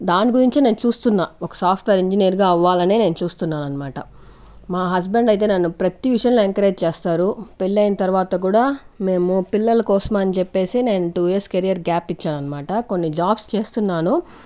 దాని గురించే నేను చూస్తున్నా ఒక సాఫ్ట్వేర్ ఇంజనీర్ గా అవ్వాలనే చూస్తున్న అనమాట మా హస్బెండ్ అయితే నన్ను ప్రతీ విషయంలో ఎంకరేజ్ చేస్తారు పెళ్ళైన తరువాత కూడా మేము పిల్లల కోసమని చెప్పేసి నేను టు ఇయర్స్ కెరీర్ గ్యాప్ ఇచ్చాననమాట కొన్ని జాబ్స్ చేస్తున్నాను